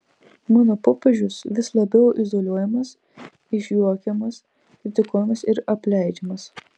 mano popiežius vis labiau izoliuojamas išjuokiamas kritikuojamas ir apleidžiamas